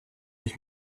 ich